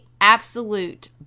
absolute